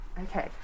Okay